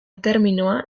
terminoa